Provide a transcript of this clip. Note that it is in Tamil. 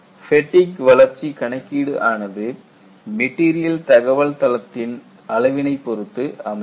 ஃபேட்டிக் வளர்ச்சி கணக்கீடு ஆனது மெட்டீரியல் தகவல் தளத்தின் அளவினை பொருத்து அமையும்